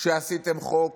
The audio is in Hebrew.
שעשיתם חוק